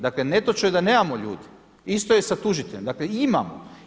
Dakle netočno je da nemamo ljudi, isto je i sa tužiteljem, dakle imamo.